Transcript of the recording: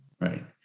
right